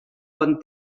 bon